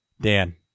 Dan